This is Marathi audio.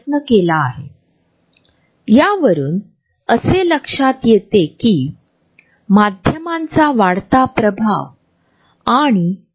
हेचार झोन व त्यांचे अंतर येथे नमूद केले गेले आहे जवळचा संभाव्य संपर्क पासून सुमारे ४५ सेंटीमीटर पर्यंतचा स्वतःचा वैयक्तिक झोन जो १५ ते ४५ सेंटीमीटर आहे